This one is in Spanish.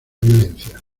violencia